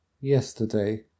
Yesterday